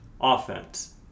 offense